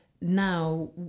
now